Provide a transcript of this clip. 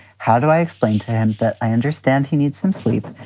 how do i explain to him that i understand he needs some sleep,